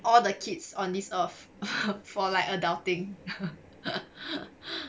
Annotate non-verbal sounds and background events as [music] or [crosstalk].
all the kids on this earth for like adulting [laughs]